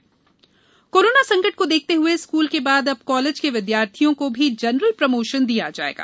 college परीक्षा corona संकट को देखते हुए स्कूल के बाद अब कालेज के विद्यार्थियों को भीजनरल प्रोमोशन दिया जायेगा